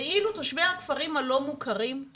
ואילו תושבי הכפרים הלא מוכרים,